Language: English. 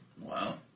Wow